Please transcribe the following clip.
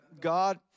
God